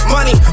Money